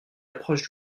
l’approche